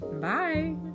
bye